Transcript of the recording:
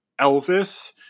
Elvis